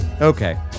okay